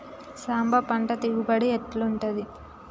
సాంబ పంట దిగుబడి ఎట్లుంటది?